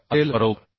1 असेल बरोबर